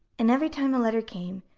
and every time a letter came,